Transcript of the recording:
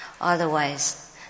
Otherwise